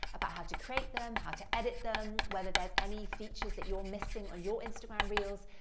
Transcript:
about how to create them, how to edit them, whether there's any features that you're missing on your instagram reels,